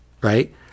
right